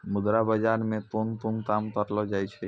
मुद्रा बाजार मे कोन कोन काम करलो जाय छै